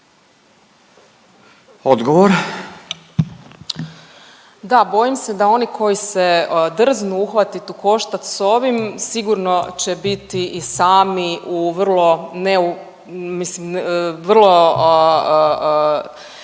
(RF)** Da, bojim se da oni koji se drznu uhvatit u koštac sa ovim sigurno će biti i sami u vrlo teškoj